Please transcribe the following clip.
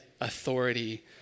authority